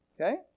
okay